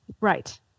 Right